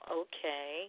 okay